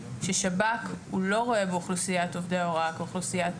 ששב"כ הוא לא רואה באוכלוסיית עובדי ההוראה כאוכלוסיית